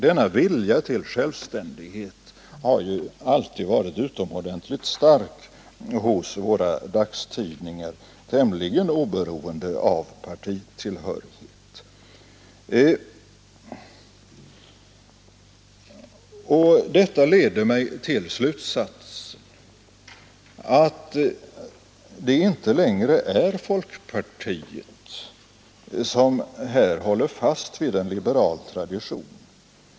Denna vilja till självständighet har ju alltid varit utomordentligt stark hos våra dagstidningar, tämligen oberoende av partitillhörighet. Detta leder mig till slutsatsen att det inte längre är folkpartiet som här håller fast vid en liberal tradition.